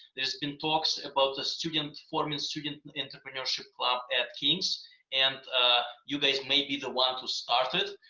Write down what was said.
there's been talks about the student forming student entrereneurship club at king's and you guys may be the one to start it.